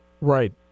Right